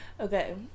Okay